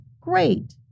great